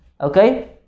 Okay